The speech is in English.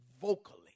vocally